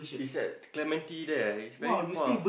it's at Clementi there it's very far